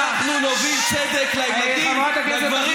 ואנחנו נוביל צדק לילדים, לגברים.